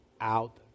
out